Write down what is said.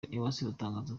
iratangaza